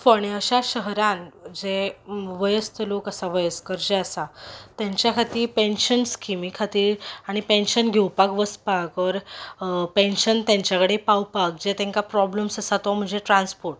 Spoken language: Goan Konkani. फोंड्या अशा शहरान जे वयस्क लोक आसा वयस्कर जे आसा तांच्या खातीर पेन्शन स्कीमी खातीर आनी पेन्शन घेवपाक वचपाक ऑर पेन्शन तांचे कडेन पावपाक तांकां प्रोब्लेम आसा तो ट्रान्सपोर्ट